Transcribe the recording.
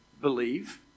believe